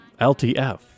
LTF